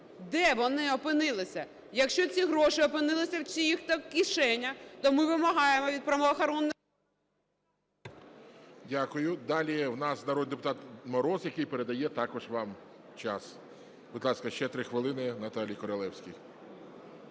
Де вони опинилися? Якщо ці гроші опинилися в чиїхось кишенях, то ми вимагаємо від правоохоронних органів… ГОЛОВУЮЧИЙ. Дякую. Далі у нас народний депутат Мороз, який також передає вам час. Будь ласка, ще три хвилини Наталії Королевській.